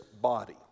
body